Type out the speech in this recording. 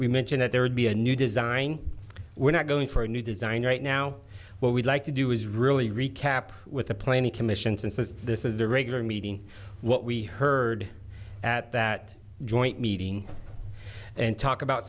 we mentioned that there would be a new design we're not going for a new design right now what we'd like to do is really recap with the plenty commissions and says this is the regular meeting what we heard at that joint meeting and talk about